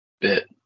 bit